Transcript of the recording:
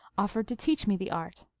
offered to teach me the art.